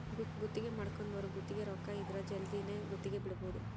ಗುತ್ತಿಗೆ ಮಾಡ್ಕೊಂದೊರು ಗುತ್ತಿಗೆ ರೊಕ್ಕ ಇದ್ರ ಜಲ್ದಿನೆ ಗುತ್ತಿಗೆ ಬಿಡಬೋದು